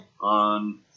on